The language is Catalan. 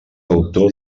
autor